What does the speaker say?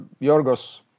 Jorgos